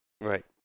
Right